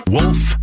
Wolf